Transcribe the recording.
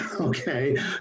okay